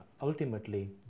ultimately